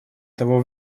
того